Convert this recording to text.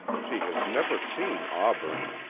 she has never seen auburn,